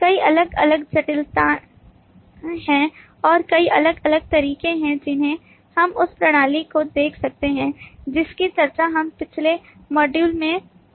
कई अलग अलग जटिलताएं हैं और कई अलग अलग तरीके हैं जिनसे हम उस प्रणाली को देख सकते हैं जिसकी चर्चा हम पिछले मॉड्यूल में लंबाई से कर चुके हैं